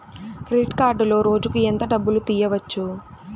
Credit కార్డులో రోజుకు ఎంత డబ్బులు తీయవచ్చు?